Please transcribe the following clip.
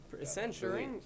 Essentially